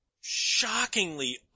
Shockingly